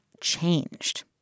changed